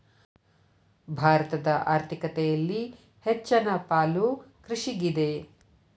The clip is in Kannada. ಭಾರತದ ಆರ್ಥಿಕತೆಯಲ್ಲಿ ಹೆಚ್ಚನ ಪಾಲು ಕೃಷಿಗಿದೆ